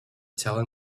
telling